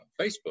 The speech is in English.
Facebook